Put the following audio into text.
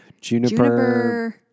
juniper